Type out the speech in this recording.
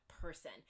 person